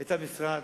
את המשרד,